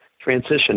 Transition